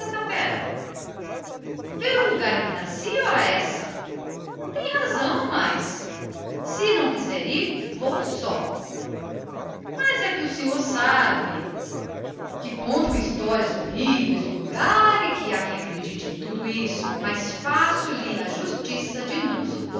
boa ver o lugar em que nasci tem razão mas se não quiser ir vou só mas o senhor sabe que contam bruxarias do lugar e há quem acredite nelas faço-lhe porém a justiça de não